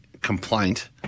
complaint